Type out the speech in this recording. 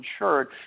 insured